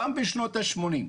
גם בשנות השמונים.